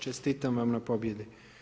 Čestitam vam na pobjedi.